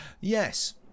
Yes